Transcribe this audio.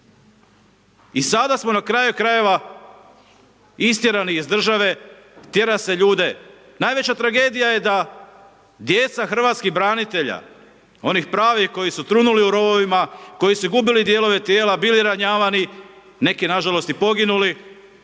I sada smo na kraju krajeva istjerani iz države, tjera se ljude. Najveća tragedija je da djeca hrvatskih branitelja, onih pravih koji su trunuli u rovovima, koji su gubili dijelove tijela, bili ranjavani, neki nažalost i poginuli,